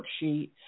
worksheet